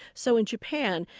so in japan,